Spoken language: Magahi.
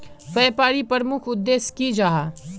व्यापारी प्रमुख उद्देश्य की जाहा?